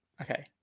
Okay